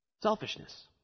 selfishness